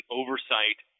oversight